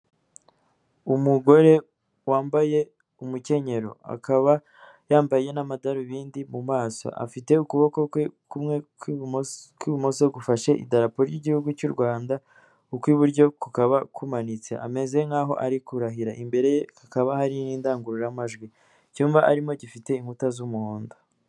Umugore wambaye umukenyero, akaba yambaye n'amadarubindi mu maso, afite ukuboko kwe kumwe kw'imoso gufashe Idarapo ry'igihugu cy'u Rwanda, ukw'iburyo kukaba kumanitse ameze nk'aho ari kurahira, imbere ye hakaba hari n'indangururamajwi , icyumba arimo gifite inkuta z'umuhondo.